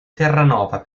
terranova